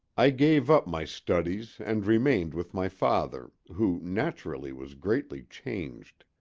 i gave up my studies and remained with my father, who, naturally, was greatly changed.